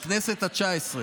שר האוצר בכנסת התשע-עשרה.